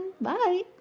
Bye